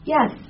Yes